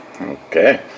okay